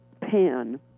pan